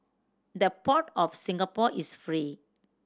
the port of Singapore is free